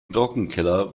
trockenkeller